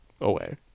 away